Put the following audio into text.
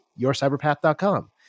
yourcyberpath.com